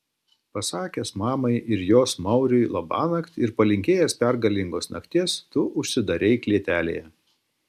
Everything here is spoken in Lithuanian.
pasakęs mamai ir jos mauriui labanakt ir palinkėjęs pergalingos nakties tu užsidarei klėtelėje